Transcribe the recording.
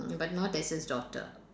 but not S's daughter